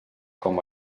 com